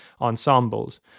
ensembles